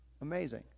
amazing